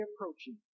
approaching